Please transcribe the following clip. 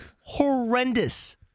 horrendous